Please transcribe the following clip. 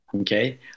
Okay